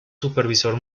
supervisor